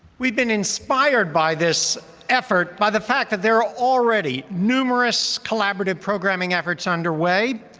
we've been inspired by this effort, by the fact that there are already numerous collaborative programming efforts underway.